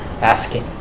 asking